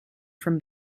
from